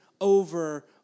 over